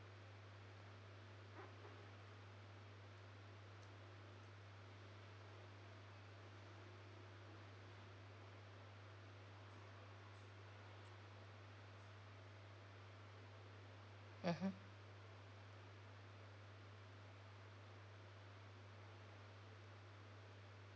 mmhmm